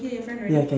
ya can